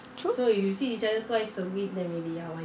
true